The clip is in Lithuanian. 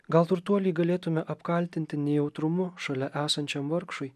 gal turtuolį galėtume apkaltinti nejautrumu šalia esančiam vargšui